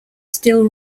still